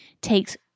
takes